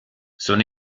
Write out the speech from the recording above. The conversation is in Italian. sono